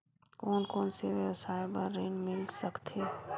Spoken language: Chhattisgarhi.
कोन कोन से व्यवसाय बर ऋण मिल सकथे?